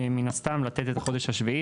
מן הסתם לתת את החודש השביעי,